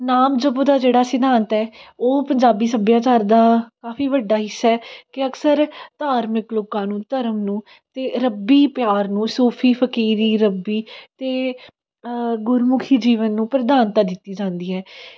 ਨਾਮ ਜਪੋ ਦਾ ਜਿਹੜਾ ਸਿਧਾਂਤ ਹੈ ਉਹ ਪੰਜਾਬੀ ਸੱਭਿਆਚਾਰ ਦਾ ਕਾਫ਼ੀ ਵੱਡਾ ਹਿੱਸਾ ਹੈ ਕਿ ਅਕਸਰ ਧਾਰਮਿਕ ਲੋਕਾਂ ਨੂੰ ਧਰਮ ਨੂੰ ਅਤੇ ਰੱਬੀ ਪਿਆਰ ਨੂੰ ਸੂਫ਼ੀ ਫ਼ਕੀਰੀ ਰੱਬੀ ਅਤੇ ਗੁਰਮੁਖੀ ਜੀਵਨ ਨੂੰ ਪ੍ਰਧਾਨਤਾ ਦਿੱਤੀ ਜਾਂਦੀ ਹੈ